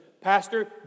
pastor